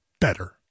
better